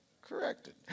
Corrected